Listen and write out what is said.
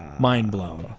mind-blowing.